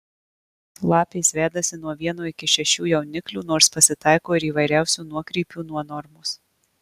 lapės vedasi nuo vieno iki šešių jauniklių nors pasitaiko ir įvairiausių nuokrypių nuo normos